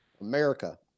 america